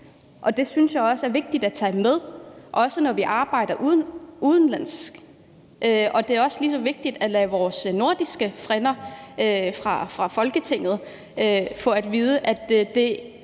og det synes jeg også er vigtigt at tage med, også når vi arbejder udenlands. Det er også lige så vigtigt at lade vores nordiske frænder fra Folketinget få at vide, at det